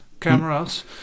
cameras